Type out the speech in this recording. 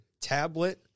tablet